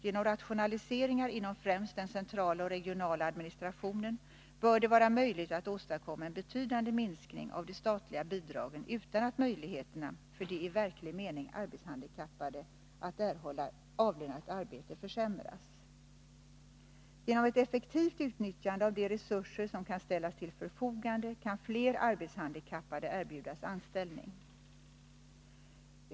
Genom rationaliseringar inom främst den centrala och regionala administrationen bör det vara möjligt att åstadkomma en betydande minskning av de statliga bidragen, utan att möjligheterna för de i verklig mening arbetshandikappade att erhålla avlönat arbete försämras. Genom ett effektivt utnyttjande av de resurser som kan ställas till förfogande kan fler arbetshandikappade erbjudas anställning.